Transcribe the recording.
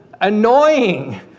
annoying